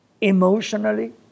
emotionally